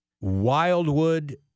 Wildwood